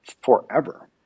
forever